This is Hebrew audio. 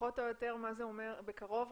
אומר 'בקרוב',